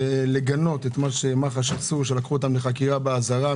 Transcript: ולגנות את מה שמח"ש עשו שלקחו אותם לחקירה באזהרה.